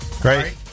Great